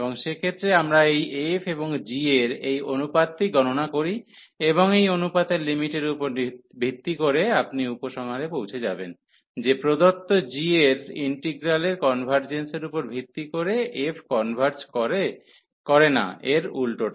এবং সেক্ষেত্রে আমরা এই f এবং g এর এই অনুপাতটি গণনা করি এবং এই অনুপাতের লিমিটের উপর ভিত্তি করে আপনি উপসংহারে পৌঁছে যাবেন যে পদত্ত g এর ইন্টিগ্রালের কনভার্জেন্সের উপর ভিত্তি করে f কনভার্জ করে না এর উল্টোটা